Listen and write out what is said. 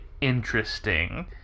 interesting